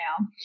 now